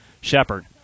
Shepard